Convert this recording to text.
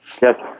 Yes